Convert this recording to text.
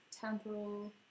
temporal